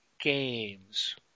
games